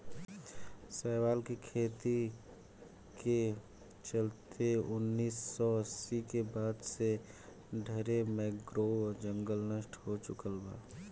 शैवाल के खेती के चलते उनऽइस सौ अस्सी के बाद से ढरे मैंग्रोव जंगल नष्ट हो चुकल बा